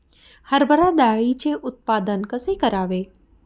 हरभरा डाळीचे उत्पादन कसे करावे?